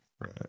Right